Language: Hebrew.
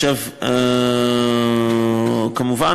כמובן,